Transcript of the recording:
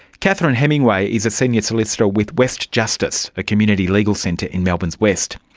catherine hemingway is a senior solicitor with westjustice, a community legal centre in melbourne's west.